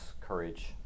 courage